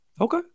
Okay